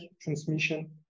transmission